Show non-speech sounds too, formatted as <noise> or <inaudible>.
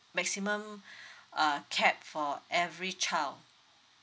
maximum <breath> uh cap for every child